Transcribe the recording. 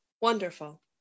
Wonderful